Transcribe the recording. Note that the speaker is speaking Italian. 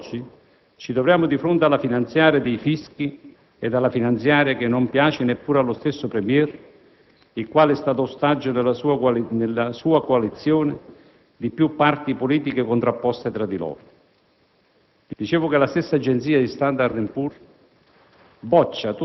Come riportato anche da autorevoli organi di stampa, proprio di oggi, ci troviamo di fronte alla finanziaria dei fischi e alla finanziaria che non piace neppure allo stesso *Premier*, il quale è stato ostaggio nella sua coalizione di più parti politiche contrapposte tra loro.